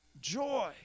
joy